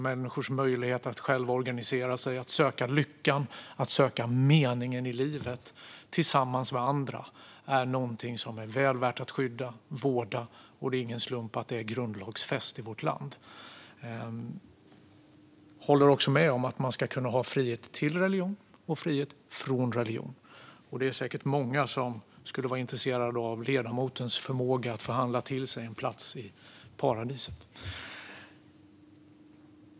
Människors möjlighet att själva organisera sig och söka lycka och mening i livet tillsammans med andra är någonting som är väl värt att skydda och vårda, och det är ingen slump att det är grundlagsfäst i vårt land. Jag håller också med om att man ska kunna ha frihet till religion och frihet från religion. Det är säkert många som skulle vara intresserade av ledamotens förmåga att förhandla till sig en plats i paradiset.